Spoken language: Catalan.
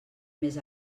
més